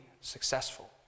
successful